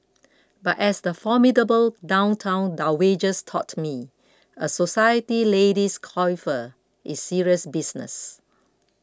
but as the formidable downtown dowagers taught me a society lady's coiffure is serious business